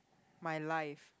my life